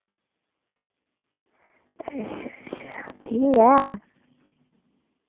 अच्छा अच्छा ठीक ऐ